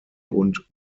und